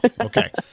okay